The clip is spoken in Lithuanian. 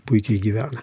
puikiai gyvena